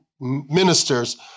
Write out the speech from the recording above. ministers